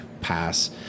pass